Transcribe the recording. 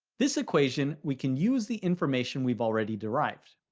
this equation, we can use the information we've already derived.